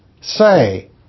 Say